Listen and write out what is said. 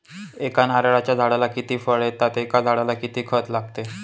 एका नारळाच्या झाडाला किती फळ येतात? एका झाडाला किती खत लागते?